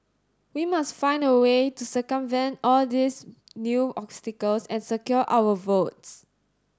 we must find a way to circumvent all these new obstacles and secure our votes